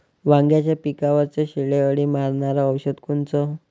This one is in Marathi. वांग्याच्या पिकावरचं शेंडे अळी मारनारं औषध कोनचं?